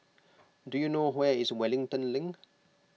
do you know where is Wellington Link